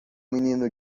menino